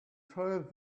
told